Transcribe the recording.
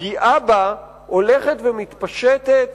הפגיעה שבה הולכת ומתפשטת